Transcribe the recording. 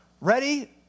ready